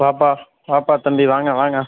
வாப்பா வாப்பா தம்பி வாங்க வாங்க